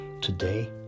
today